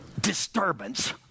disturbance